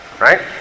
right